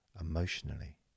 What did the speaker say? Emotionally